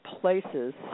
places